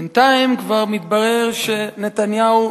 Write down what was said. בינתיים כבר מתברר שנתניהו,